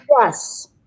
Yes